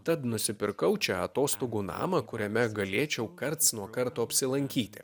tad nusipirkau čia atostogų namą kuriame galėčiau karts nuo karto apsilankyti